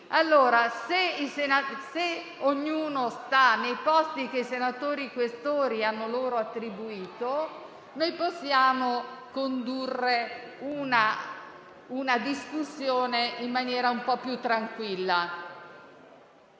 occupa il posto che i senatori Questori gli hanno attribuito, possiamo condurre una discussione in maniera un po' più tranquilla.